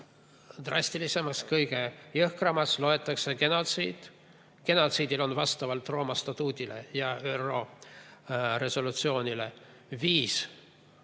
drastilisemaks, kõige jõhkramaks genotsiidi. Genotsiidil on vastavalt Rooma statuudile ja ÜRO resolutsioonile viis